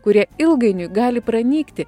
kurie ilgainiui gali pranykti